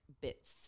bits